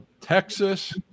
texas